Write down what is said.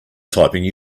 typing